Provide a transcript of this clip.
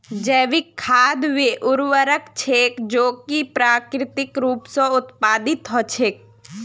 जैविक खाद वे उर्वरक छेक जो कि प्राकृतिक रूप स उत्पादित हछेक